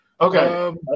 Okay